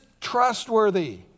trustworthy